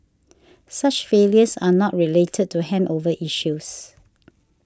such failures are not related to handover issues